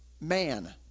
man